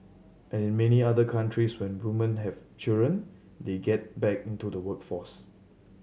and in many other countries when woman have children they get back into the workforce